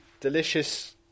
delicious